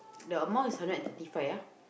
the amount is hundred and thirty five ah